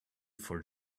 for